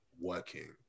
working